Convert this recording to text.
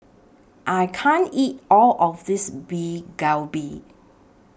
I can't eat All of This Beef Galbi